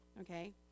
Okay